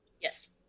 Yes